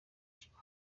kimwe